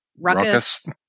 Ruckus